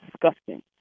disgusting